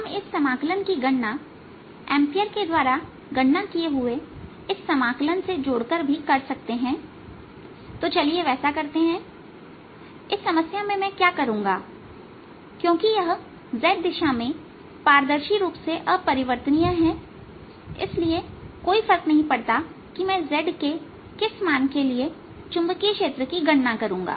हम इस समाकलन की गणना एंपियर के द्वारा गणना किए हुए इस समाकलन से जोड़कर भी कर सकते हैं तो चलिए वैसा करते हैं इस समस्या में मैं क्या करूंगा क्योंकि यह z दिशा में पारदर्शी रूप से अपरिवर्तनीय है इसलिए कोई फर्क नहीं पड़ता कि मैं z के किस मान के लिए चुंबकीय क्षेत्र की गणना करूंगा